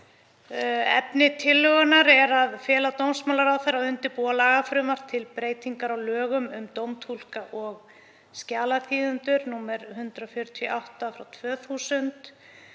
Efni tillögunnar er að fela dómsmálaráðherra að undirbúa lagafrumvarp til breytingar á lögum um dómtúlka og skjalaþýðendur, nr. 148/2000.